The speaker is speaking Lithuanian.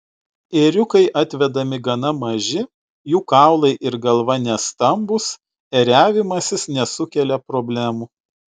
ėriukai atvedami gana maži jų kaulai ir galva nestambūs ėriavimasis nesukelia problemų